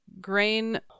Grain